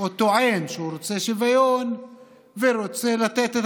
או טוען שהוא רוצה שוויון ורוצה לתת את